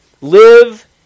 live